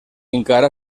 encara